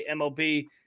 MLB